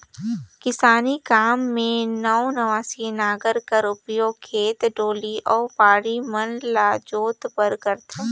किसानी काम मे नवनसिया नांगर कर उपियोग खेत, डोली अउ बाड़ी मन ल जोते बर करथे